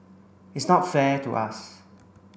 it's not fair to us